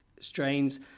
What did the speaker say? strains